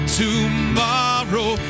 tomorrow